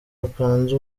bapanze